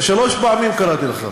שלוש פעמים קראתי לך.